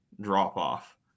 drop-off